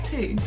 Two